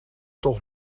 toch